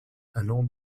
allant